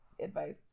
advice